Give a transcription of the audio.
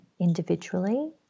individually